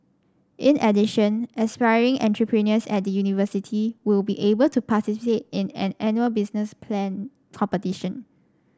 in addition aspiring entrepreneurs at the university will be able to in an annual business plan competition